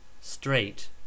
straight